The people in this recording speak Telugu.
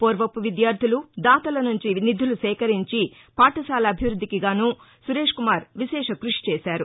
పూర్వపు విద్యార్లులు దాతల నుంచి నిధులు సేకరించి పాఠశాల అభివృద్దికి గానూ సురేష్ కుమార్ విశేష కృషి చేశారు